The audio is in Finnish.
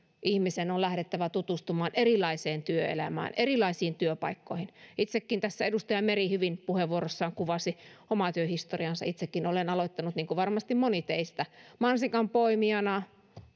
ihmisen on lähdettävä tutustumaan erilaiseen työelämään erilaisiin työpaikkoihin tässä edustaja merikin hyvin puheenvuorossaan kuvasi omaa työhistoriaansa itsekin olen aloittanut niin kuin varmasti moni teistä mansikanpoimijana